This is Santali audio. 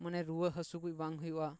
ᱢᱟᱱᱮ ᱨᱩᱣᱟᱹ ᱦᱟᱹᱥᱩ ᱠᱚ ᱵᱟᱝ ᱦᱩᱭᱩᱜᱼᱟ